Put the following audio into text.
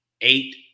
eight